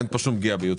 אין פה שום פגיעה בייעוץ